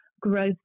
growth